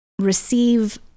receive